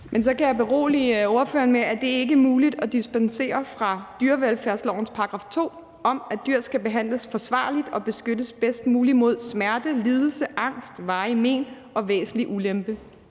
Men så kan jeg berolige ordføreren med, at det ikke er muligt at dispensere fra dyrevelfærdslovens § 2 om, at dyr skal behandles forsvarligt og beskyttes bedst muligt mod smerte, lidelse, angst, varige men og væsentlig ulempe.